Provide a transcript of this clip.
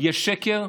יש שקר,